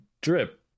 drip